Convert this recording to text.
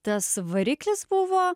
tas variklis buvo